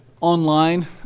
Online